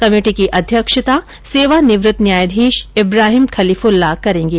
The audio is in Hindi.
कमेटी की अध्यक्षता सेवानिवृत्त न्यायाधीश इब्राहिम खलिफ्ल्लाह करेंगे